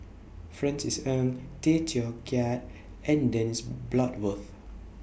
Francis Ng Tay Teow Kiat and Dennis Bloodworth